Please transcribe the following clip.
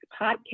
podcast